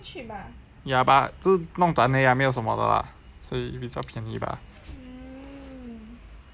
ya but 就是弄断而已啦没有什么的啦所以比较便宜吧